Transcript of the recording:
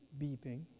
beeping